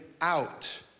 out